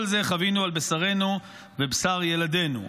את כל זה חווינו על בשרנו ובשר ילדינו,